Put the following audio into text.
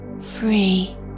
free